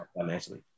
financially